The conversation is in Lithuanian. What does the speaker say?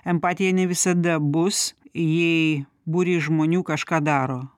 empatija ne visada bus jei būrys žmonių kažką daro